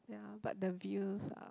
ya but the views are